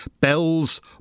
bells